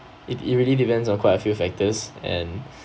it it really depends on quite a few factors and